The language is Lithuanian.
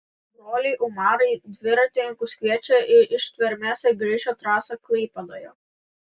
broliai umarai dviratininkus kviečia į ištvermės ir greičio trasą klaipėdoje